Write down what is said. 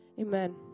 Amen